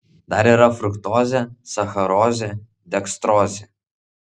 dar yra fruktozė sacharozė dekstrozė